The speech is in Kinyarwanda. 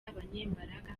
abanyembaraga